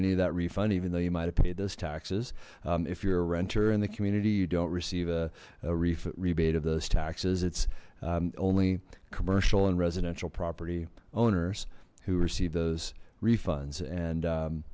any of that refund even though you might have paid those taxes if you're a renter and the community you don't receive a rebate of those taxes it's only commercial and residential property owners who receive those refunds and